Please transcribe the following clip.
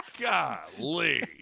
Golly